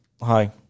hi